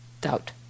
doubt